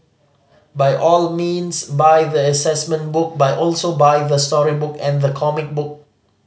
by all means buy the assessment book buy also buy the storybook and the comic book